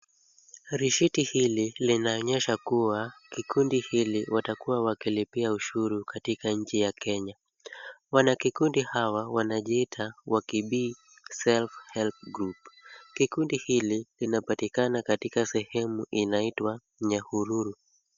Risiti hili linaonyesha kuwa kikundi hili watakuwa wanalipia ushuru katika nchi ya Kenya. Wanakikundi hawa wanajiita wakibii self help group . Kikundi hili lina patikana katika sehemu inaitwa Nyahururu.